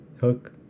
hook